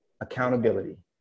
accountability